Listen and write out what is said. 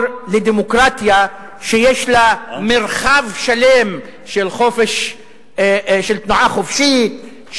לדמוקרטיה שיש לה מרחב שלם של תנועה חופשית,